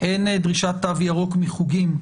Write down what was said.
אין דרישת תו ירוק מחוגים.